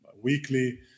weekly